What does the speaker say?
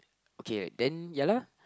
okay then ya lah